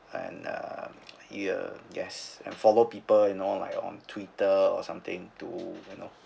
and uh I guess uh follow people you know like on twitter or something to you know